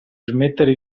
smettere